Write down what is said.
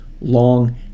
long